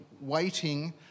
waiting